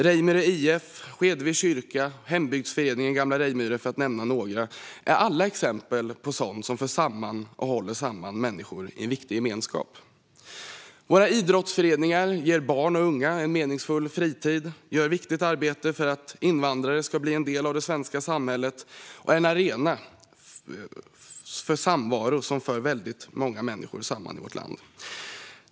Reijmyre IF, Skedevi kyrka och Hembygdsföreningen Gamla Reijmyre är exempel på sådant som för samman och håller samman människor i en viktig gemenskap. Våra idrottsföreningar ger barn och unga en meningsfull fritid. De gör ett viktigt arbete för att invandrare ska bli en del av det svenska samhället och utgör en arena för samvaro som för samman väldigt många människor i vårt land.